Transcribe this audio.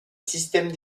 système